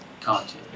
content